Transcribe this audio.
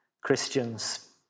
Christians